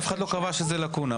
אף אחד לא קבע שזו לקונה.